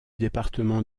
département